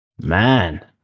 Man